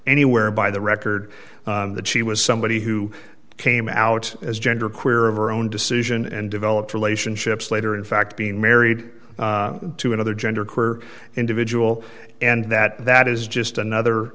anywhere by the record that she was somebody who came out as genderqueer of her own decision and developed relationships later in fact being married to another genderqueer individual and that that is just another